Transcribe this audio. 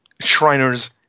shriners